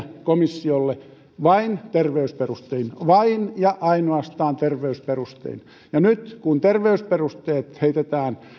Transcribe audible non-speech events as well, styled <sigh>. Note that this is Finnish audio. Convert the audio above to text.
<unintelligible> komissiolle vain terveysperustein vain ja ainoastaan terveysperustein nyt kun terveysperusteet heitetään